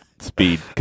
speed